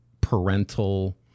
parental